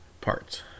Parts